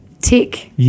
tick